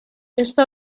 esta